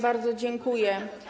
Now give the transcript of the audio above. Bardzo dziękuję.